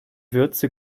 würze